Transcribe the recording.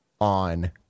on